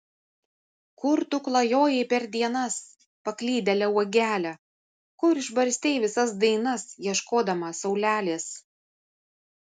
kur tu klajojai per dienas paklydėle uogele kur išbarstei visas dainas ieškodama saulelės